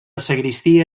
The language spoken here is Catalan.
sagristia